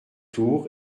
tour